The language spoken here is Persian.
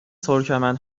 ترکمن